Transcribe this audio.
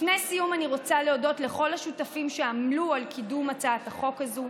לפני סיום אני רוצה להודות לכל השותפים שעמלו על קידום הצעת החוק הזאת: